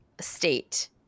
state